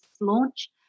launch